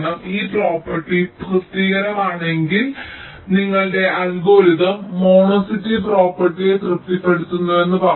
ഈ പ്രോപ്പർട്ടി തൃപ്തികരമാണെങ്കിൽ നിങ്ങളുടെ അൽഗോരിതം മോണോടോണിസിറ്റി പ്രോപ്പർട്ടിയെ തൃപ്തിപ്പെടുത്തുന്നുവെന്ന് നിങ്ങൾക്ക് പറയാം